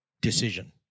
decision